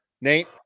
Nate